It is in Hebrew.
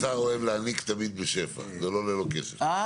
זה האוצר אוהב להעניק תמיד בשפע, זה לא